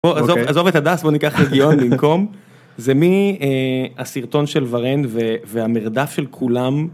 בואו, עזוב עזוב את הדס, בואו ניקח רגיעון במקום. זה מהסרטון של ורן והמרדף של כולם.